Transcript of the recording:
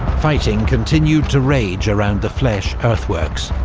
fighting continued to rage around the fleches earthworks.